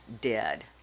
dead